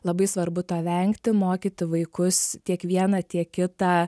labai svarbu to vengti mokyti vaikus tiek vieną tiek kitą